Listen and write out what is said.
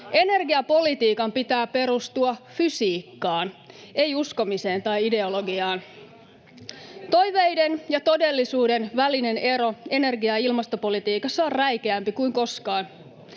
Energiapolitiikan pitää perustua fysiikkaan, ei uskomiseen tai ideologiaan. [Eva Biaudet: Ehkä vähän talouteenkin!] Toiveiden ja todellisuuden välinen ero energia- ja ilmastopolitiikassa on räikeämpi kuin koskaan.